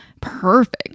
perfect